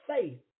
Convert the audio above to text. faith